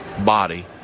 body